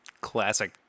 classic